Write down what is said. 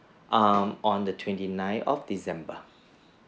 um on the twenty nine of december